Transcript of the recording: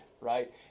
right